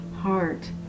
heart